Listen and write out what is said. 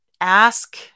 ask